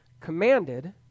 commanded